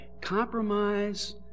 compromise